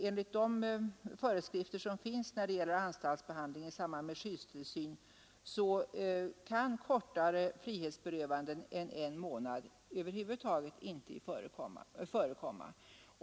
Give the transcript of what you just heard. Enligt de föreskrifter som finns när det gäller anstaltsbehandling i samband med skyddstillsyn förekommer kortare frihetsberövanden än en månad över huvud taget inte.